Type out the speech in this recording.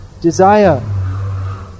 desire